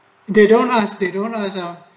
they don't ask they don't ask ah